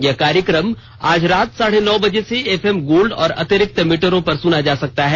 यह कार्यक्रम आज रात साढे नौ बजे से एफएम गोल्ड और अतिरिक्त मीटरों पर सुना जा सकता है